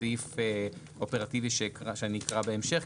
בסעיף אופרטיבי שאני אקרא בהמשך,